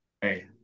Hey